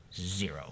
zero